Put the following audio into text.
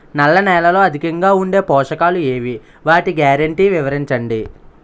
నల్ల నేలలో అధికంగా ఉండే పోషకాలు ఏవి? వాటి గ్యారంటీ వివరించండి?